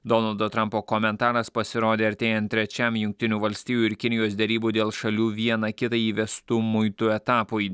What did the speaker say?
donaldo trampo komentaras pasirodė artėjant trečiam jungtinių valstijų ir kinijos derybų dėl šalių vieną kitai įvestų muitų etapui